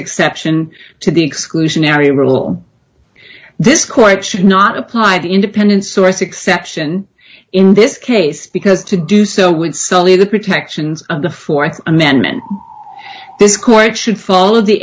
exception to the exclusionary rule this quite should not apply the independent source exception in this case because to do so would simply the protections of the th amendment this court should follow the